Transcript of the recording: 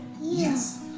Yes